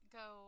go